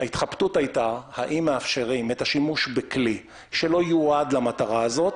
ההתחבטות היתה האם מאפשרים את השימוש בכלי שלא יועד למטרה הזו,